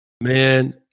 man